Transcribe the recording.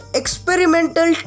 experimental